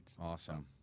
Awesome